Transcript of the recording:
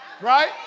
Right